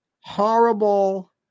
horrible